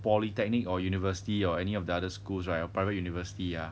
polytechnic or university or any of the other schools right your private university ah